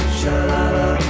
shalala